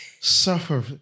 suffer